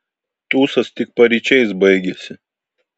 tūsas tik paryčiais baigėsi